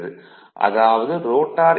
அதாவது rotor induced ஈ